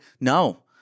No